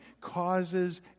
causes